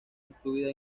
incluida